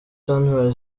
sunrise